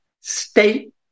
state